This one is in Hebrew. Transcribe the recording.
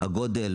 הגודל?